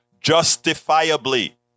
justifiably